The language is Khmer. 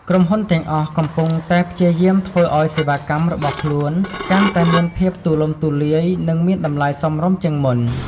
ក្រុមហ៊ុនទាំងអស់កំពុងតែព្យាយាមធ្វើឱ្យសេវាកម្មរបស់ខ្លួនកាន់តែមានភាពទូលំទូលាយនិងមានតម្លៃសមរម្យជាងមុន។